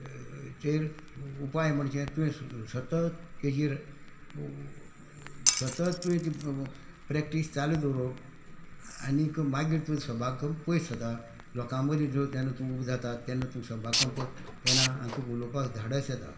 हेचेर उपाय म्हणजे तुवें सतत तेजेर सतत तुवें ती प्रॅक्टीस चालू दवरप आनीक मागीर तुवें सभा कंप पयस जाता लोकां मदीं जो तूं जाता तेन्ना तूं सभा कंप येना आनी तूं उलोवपाक धाडस येता